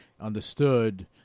understood